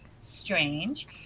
Strange